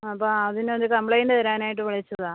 അപ്പോൾ അതിനൊരു കംപ്ലയിൻറ്റ് തരാനായിട്ട് വിളിച്ചതാണ്